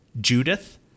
Judith